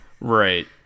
right